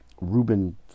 Ruben